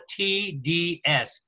TDS